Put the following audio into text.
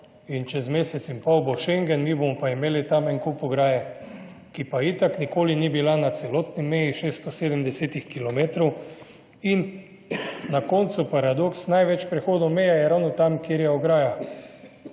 in čez mesec in pol bo Schengen, mi bomo pa imeli tam en kup ograje, ki pa itak nikoli ni bila na celotni meji 670. kilometrov. In na koncu paradoks, največ prehodov meje je ravno tam, kjer je ograja